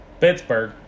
Pittsburgh